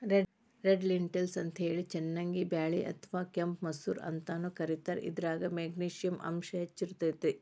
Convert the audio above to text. red lentils ಅಂತೇಳಿ ಚನ್ನಂಗಿ ಬ್ಯಾಳಿ ಅತ್ವಾ ಕೆಂಪ್ ಮಸೂರ ಅಂತಾನೂ ಕರೇತಾರ, ಇದ್ರಾಗ ಮೆಗ್ನಿಶಿಯಂ ಅಂಶ ಹೆಚ್ಚ್ ಇರ್ತೇತಿ